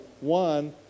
one